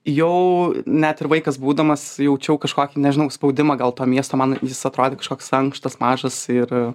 jau net ir vaikas būdamas jaučiau kažkokį nežinau spaudimą gal to miesto man jis atrodė kažkoks ankštas mažas ir